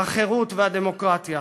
החירות והדמוקרטיה.